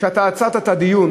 על שעצרת את הדיון